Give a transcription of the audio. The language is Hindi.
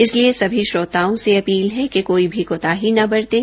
इसलिए सभी श्रोताओं से अपील है कि कोई भी कोताही न बरतें